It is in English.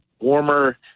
warmer